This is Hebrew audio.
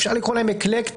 אפשר לקרוא להם אקלקטיים,